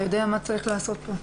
אתה יודע מה צריך לעשות פה.